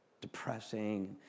depressing